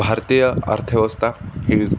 भारतीय अर्थव्यवस्था ही